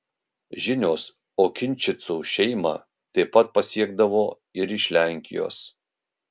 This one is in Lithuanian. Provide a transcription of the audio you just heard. žinios okinčicų šeimą taip pat pasiekdavo ir iš lenkijos